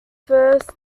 first